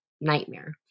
nightmare